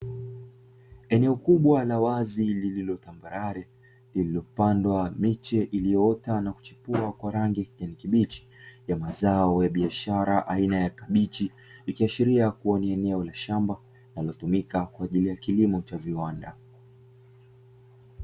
Eneo kubwa la wazi lililo tambarare lililopandwa miche iliyoota na kuchipuwa kwa rangi ya kijani kibichi ya mazao ya biashara aina ya kabichi, ikiashiria kuwa ni eneo la shamba linalotumika kwa ajili ya kilimo cha viwanda.